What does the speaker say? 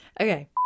Okay